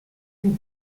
vous